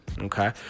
Okay